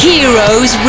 Heroes